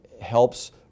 helps